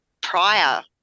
prior